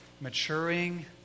maturing